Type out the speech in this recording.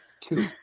Two